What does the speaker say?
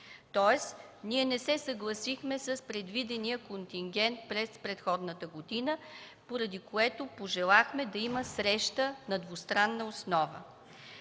Тоест ние не се съгласихме с предвидения контингент през предходната година, поради което пожелахме да има среща на двустранна основа.